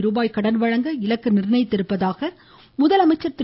ரூபாய் கடன் வழங்க இலக்கு நிர்ணயித்துள்ளதாக முதலமைச்சர் திரு